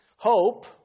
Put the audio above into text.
Hope